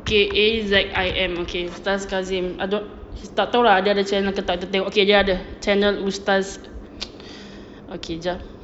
K A Z I M okay ustaz kazim tak tahu lah dia ada channel ke tak kita tengok okay dia ada channel ustaz okay jap